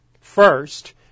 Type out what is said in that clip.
first